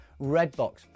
Redbox